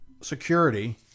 security